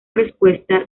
respuesta